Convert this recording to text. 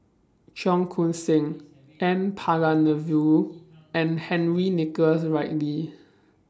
Cheong Koon Seng N Palanivelu and Henry Nicholas Ridley